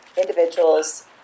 individuals